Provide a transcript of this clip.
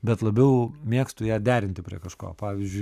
bet labiau mėgstu ją derinti prie kažko pavyzdžiui